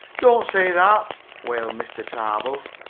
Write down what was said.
don't say that! wailed mr. tarbill.